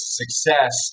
success